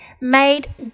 made